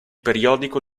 periodico